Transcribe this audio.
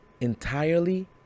entirely